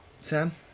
Sam